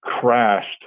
crashed